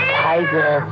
tiger